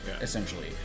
essentially